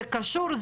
זה קשור,